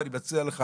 אני מציע לך,